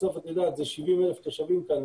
בסוף, את יודעת, זה 70,000 תושבים כאן.